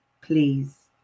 please